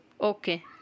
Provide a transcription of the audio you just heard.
Okay